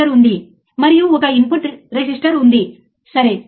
కాబట్టి మనం ఎప్పుడూ జాగ్రత్తగా ఉండాలి